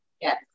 Yes